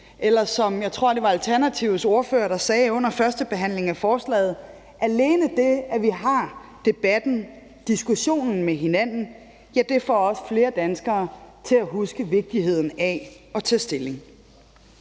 beslutningsforslaget. Som Alternativets ordfører, tror jeg det var, sagde under førstebehandlingen af forslaget, så får alene det, at vi har debatten og diskussionen med hinanden, flere danskere til at huske vigtigheden af at tage stilling.